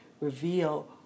reveal